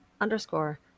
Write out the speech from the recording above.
underscore